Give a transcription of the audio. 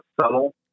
subtle